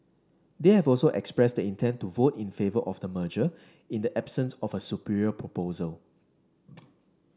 they have also expressed the intent to vote in favour of the merger in the absence of a superior proposal